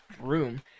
room